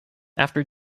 after